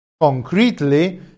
concretely